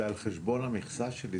זה על חשבון המכסה שלי.